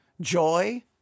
joy